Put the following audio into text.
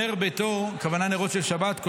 נר ביתו" הכוונה נרות של שבת,